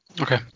Okay